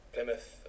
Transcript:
Plymouth